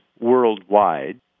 worldwide